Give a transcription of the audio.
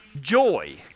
joy